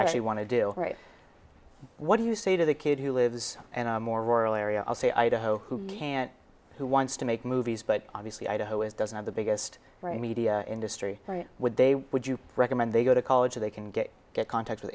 actually want to do right what do you say to the kid who lives more rural area i'll say idaho who can't who wants to make movies but obviously idaho is doesn't have the biggest right media industry would they would you recommend they go to college they can get good contacts with